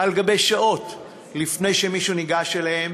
על גבי שעות לפני שמישהו ניגש אליהן,